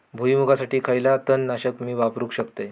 भुईमुगासाठी खयला तण नाशक मी वापरू शकतय?